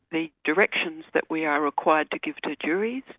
the directions that we are required to give to juries,